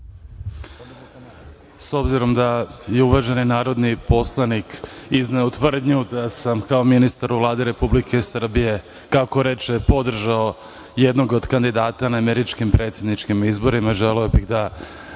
S obzirom da je uvaženi narodni poslanik izneo tvrdnju da sam kao ministar u Vladi Republike Srbije, kako reče, podržao jednog od kandidata na američkim predsedničkim izborima, želeo bih da